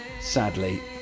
Sadly